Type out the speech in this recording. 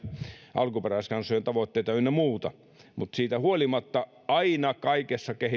alkuperäiskansojen tavoitteita ynnä muuta mutta siitä huolimatta aina kaikessa